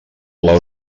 pla